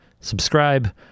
subscribe